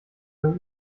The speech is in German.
der